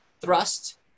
thrust